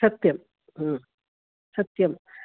सत्यं सत्यम्